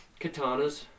Katanas